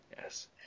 Yes